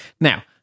Now